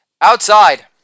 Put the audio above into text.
outside